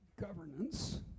governance